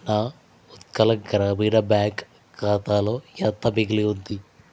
నా ఉత్కళ గ్రామీణ బ్యాంక్ ఖాతాలో ఎంత మిగిలి ఉంది